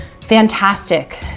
Fantastic